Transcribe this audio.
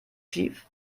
schief